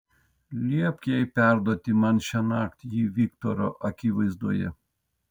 liepk jai perduoti man šiąnakt jį viktoro akivaizdoje